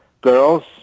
girls